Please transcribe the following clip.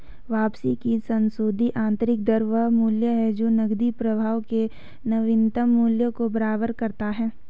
वापसी की संशोधित आंतरिक दर वह मूल्य है जो नकदी प्रवाह के नवीनतम मूल्य को बराबर करता है